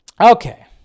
Okay